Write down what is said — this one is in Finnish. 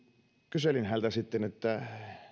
kyselin häneltä sitten että